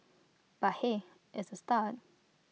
but hey it's A start